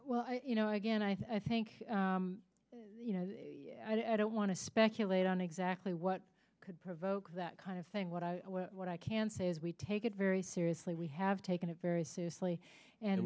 well you know again i think you know i don't want to speculate on exactly what could provoke that kind of thing what i what i can say is we take it very seriously we have taken it very seriously and